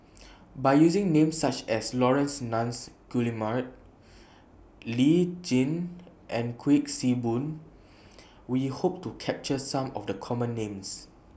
By using Names such as Laurence Nunns Guillemard Lee Tjin and Kuik Swee Boon We Hope to capture Some of The Common Names